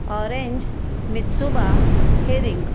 orange mitsuba herring